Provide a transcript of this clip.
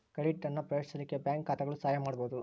credit ಅನ್ನ ಪ್ರವೇಶಿಸಲಿಕ್ಕೆ bank ಖಾತಾಗಳು ಸಹಾಯ ಮಾಡ್ಬಹುದು